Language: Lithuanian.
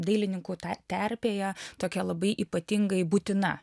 dailininkų taterpėje tokia labai ypatingai būtina